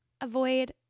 Avoid